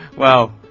well,